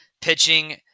pitching